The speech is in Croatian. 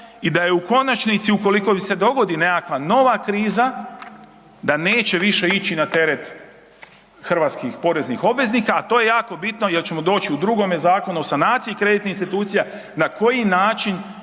i da je u konačnici ukoliko bi se dogodi nekakva nova kriza da neće više ići na teret hrvatskih poreznih obveznika, a to je jako bitno jel ćemo doći u drugome Zakonu o sanaciji kreditnih institucija na koji način